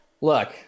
Look